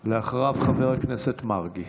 אחריו, חבר הכנסת מרגי.